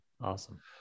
Awesome